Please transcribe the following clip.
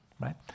right